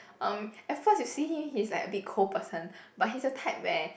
um at first you see him he's like a bit cold person but he's the type where